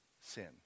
sin